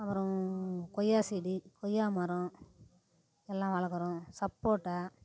அப்புறம் கொய்யாச் செடி கொய்யா மரம் எல்லா வளர்க்குறோம் சப்போட்டா